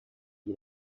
iyi